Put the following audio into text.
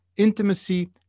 Intimacy